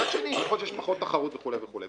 מצד שני, יש פחות תחרות, וכו' וכו'.